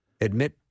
admit